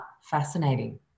fascinating